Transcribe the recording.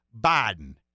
Biden